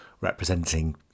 representing